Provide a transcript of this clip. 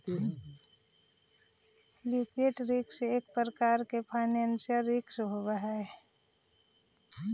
liquidity risk एक प्रकार के फाइनेंशियल रिस्क हई